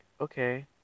okay